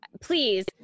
please